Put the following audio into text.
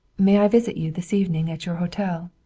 may i visit you this evening at your hotel?